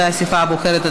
הרכב האספה הבוחרת),